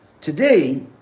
Today